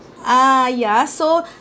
uh yeah so